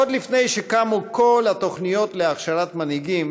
עוד לפני שקמו כל התוכניות להכשרת מנהיגים,